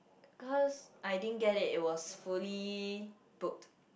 because I didn't get it it was fully booked